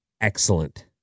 excellent